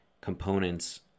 components